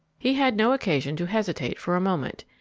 he had no occasion to hesitate for a moment.